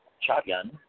Shotgun